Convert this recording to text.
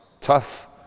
Tough